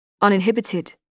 Uninhibited